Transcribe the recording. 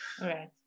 Right